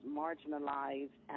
marginalized